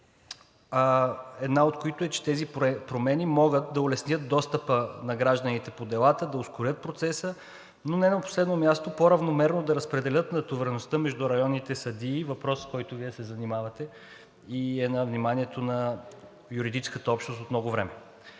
една от които е, че тези промени могат да улеснят достъпа на гражданите по делата, да ускорят процеса и не на последно място по-равномерно да разпределят натовареността между районните съдии, въпрос, с който Вие се занимавате и е на вниманието на юридическата общност от много време.